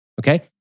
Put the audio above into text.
Okay